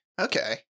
okay